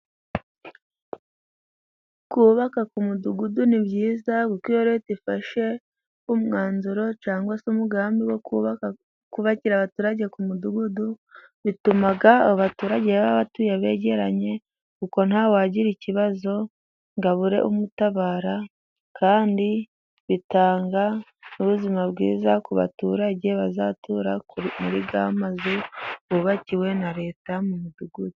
Kubaka ku mudugudu ni byiza kuko iyo Leta ifashe umwanzuro cyangwa se umugambi wo kubakira abaturage ku mudugudu, bituma abaturage baba batuye begeranye kuko ntawagira ikibazo ngo abure umutabara kandi bitanga n'ubuzima bwiza ku baturage bazatura muri ya mazu bubakiwe na Leta mu mudugudu.